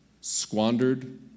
squandered